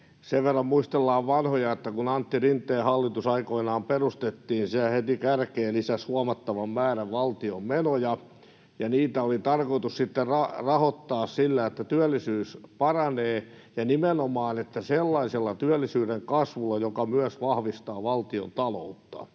sen verran muistellaan vanhoja, että kun Antti Rinteen hallitus aikoinaan perustettiin, se heti kärkeen lisäsi huomattavan määrän valtion menoja, ja niitä oli tarkoitus sitten rahoittaa sillä, että työllisyys paranee, ja nimenomaan sellaisella työllisyyden kasvulla, joka myös vahvistaa valtiontaloutta